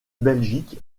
belgique